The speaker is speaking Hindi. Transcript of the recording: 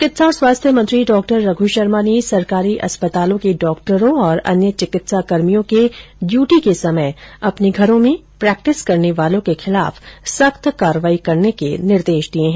चिकित्सा और स्वास्थ्य मंत्री डॉरघ् शर्मा ने सरकारी अस्पतालों के डॉक्टरों और अन्य चिकित्साकर्मियों के ड्यूटी के समय अपने घरों में प्रेक्टिस करने वालों के खिलाफ सख्त कार्यवाही करने के निर्देश दिये हैं